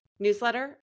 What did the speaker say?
Newsletter